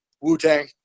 Wu-Tang